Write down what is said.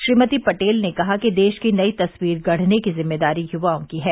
श्रीमती पटेल ने कहा कि देश की नई तस्वीर गढ़ने की जिम्मेदारी युवओं की है